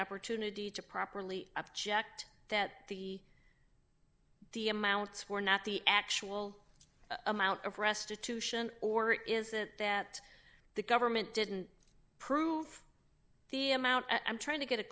opportunity to properly object that the the amounts were not the actual amount of restitution or is it that the government didn't prove the amount and i'm trying to get a